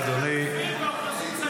חילי, היינו בסיור של